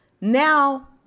Now